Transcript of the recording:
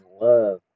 love